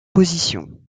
position